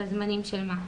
את הזמנים של מה?